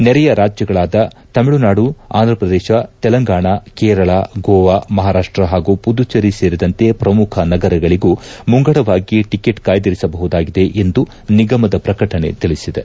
ನೆರೆಯ ರಾಜ್ಯಗಳಾದ ತಮಿಳುನಾಡು ಆಂಧ್ರಪ್ರದೇಶ ತೆಲಂಗಾಣಕೇರಳ ಗೋವಾ ಮಹಾರಾಷ್ವ ಹಾಗೂ ಪುದುಚೆರಿ ಸೇರಿದಂತೆ ಪ್ರಮುಖ ನಗರಗಳಿಗೂ ಮುಂಗಡವಾಗಿ ಟಿಕೆಟ್ ಕಾಯ್ದಿರಿಸಬಹುದಾಗಿದೆ ಎಂದು ನಿಗಮದ ಪ್ರಕಟಣೆ ತಿಳಿಸಿದೆ